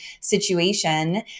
situation